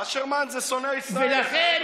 אשרמן זה שונא ישראל.